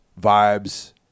vibes